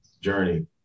journey